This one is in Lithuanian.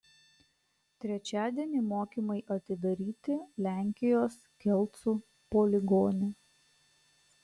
trečiadienį mokymai atidaryti lenkijos kelcų poligone